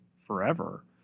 forever